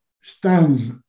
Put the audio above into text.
stands